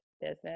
business